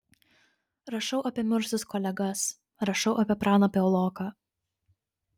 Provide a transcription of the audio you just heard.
rašau apie mirusius kolegas rašau apie praną piauloką